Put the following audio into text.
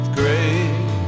great